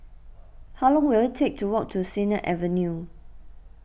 how long will it take to walk to Sennett Avenue